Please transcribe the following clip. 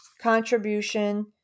contribution